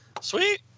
Sweet